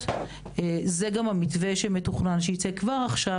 זה גם המתווה שמתוכנן שיצא כבר עכשיו,